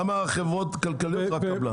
גם החברות הכלכליות רק קבלן.